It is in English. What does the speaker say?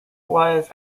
was